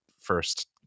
first